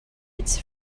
its